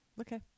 Okay